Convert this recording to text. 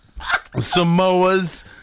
Samoas